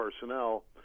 personnel